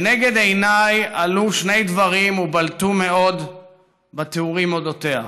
לנגד עיניי עלו שני דברים ובלטו מאוד בתיאורים על אודותיה.